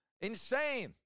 Insane